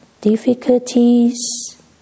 difficulties